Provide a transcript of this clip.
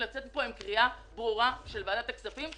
לצאת מפה בקריאה ברורה של ועדת הכספים,